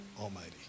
Almighty